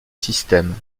système